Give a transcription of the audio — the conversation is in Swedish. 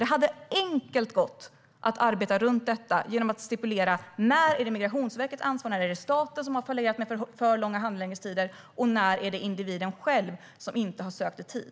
Det hade varit enkelt att arbeta runt detta genom att stipulera när det är Migrationsverkets ansvar och staten som har fallerat med för långa handläggningstider och när det är individen själv som inte har sökt i tid.